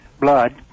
blood